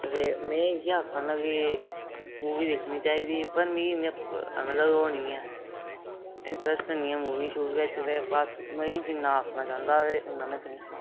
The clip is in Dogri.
ते में इ'यै आखा ना कि मूवी दिक्खनी चाहिदी पर मिगी इ'यां मतलब ओह् निं ऐ इंटरैस्ट निं ऐ मूवी शूवी बिच ते बस में जिन्ना आखना चांह्दा हा ते उन्ना में तुसें ई सनाई ओड़ेआ